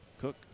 Cook